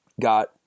got